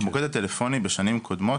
המוקד הטלפוני בשנים קודמות,